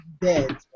dead